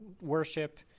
worship